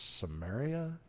Samaria